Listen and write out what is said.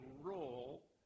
role